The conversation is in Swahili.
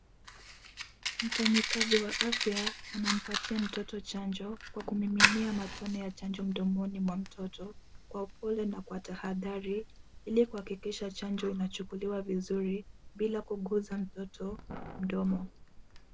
Mfanyakazi wa afya anampatia mtoto chanjo kwa kumiminia matone ya chanjo mdomoni mwa mtoto kwa upole na kwa tahadhari ili kuhakikisha chanjo inachukuliwa vizuri bila kuguza mtoto mdomo.